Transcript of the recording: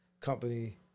company